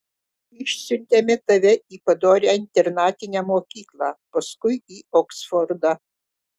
išsiuntėme tave į padorią internatinę mokyklą paskui į oksfordą